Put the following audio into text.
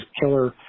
killer